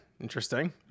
Interesting